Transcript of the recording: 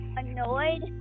annoyed